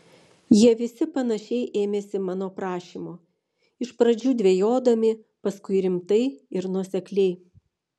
jie visi panašiai ėmėsi mano prašymo iš pradžių dvejodami paskui rimtai ir nuosekliai